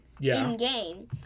in-game